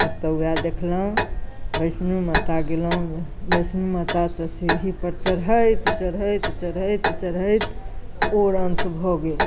ओतऽ वएह देखलहुँ वैष्णो माता गेलहुँ वैष्णो माता तऽ सीढ़ीपर चढ़ैत चढ़ैत चढ़ैत चढ़ैत ओर अन्त भऽ गेल